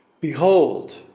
Behold